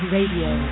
Radio